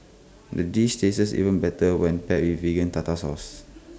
the dish tastes even better when paired with Vegan Tartar Sauce